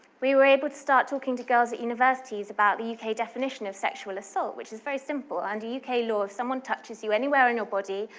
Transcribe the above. we were able to start talking to girls at universities about the uk definition of sexual assault, which is very simple. under uk law, if someone touches you anywhere on your body,